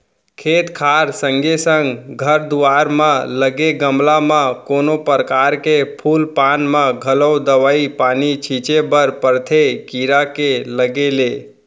खेत खार संगे संग घर दुवार म लगे गमला म कोनो परकार के फूल पान म घलौ दवई पानी छींचे बर परथे कीरा के लगे ले